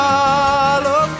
Follow